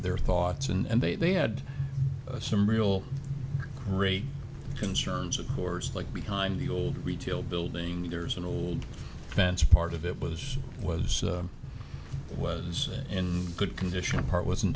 their thoughts and they they had some real great concerns of course like behind the old retail building there's an old fence part of it was it was it was in good condition part was